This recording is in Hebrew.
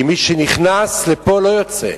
כי מי שנכנס לפה לא יוצא.